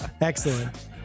excellent